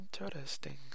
Interesting